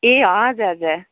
ए हजुर हजुर